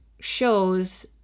shows